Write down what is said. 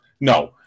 No